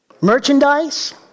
Merchandise